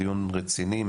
דיון רציני,